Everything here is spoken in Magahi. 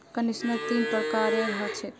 कंडीशनर तीन प्रकारेर ह छेक